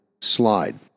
slide